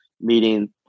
meeting